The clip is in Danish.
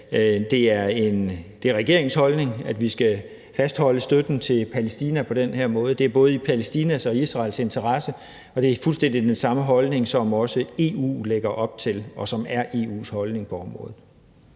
det er regeringens holdning, at vi skal fastholde støtten til Palæstina på den her måde. Det er både i Palæstinas og Israels interesse, og det er fuldstændig den samme holdning, som EU også lægger op til, og som altså er EU's holdning på området.